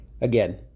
again